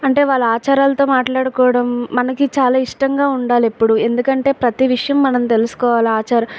అంటే వాళ్ళ ఆచారాలతో మాట్లాడుకోవడం మనకి చాలా ఇష్టంగా ఉండాలి ఇప్పుడు ఎందుకంటే ప్రతి విషయం మనం తెలుసుకోవాలా ఆచారం